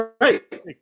right